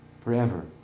forever